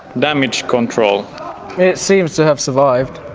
damage control it seems to have survived